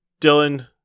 Dylan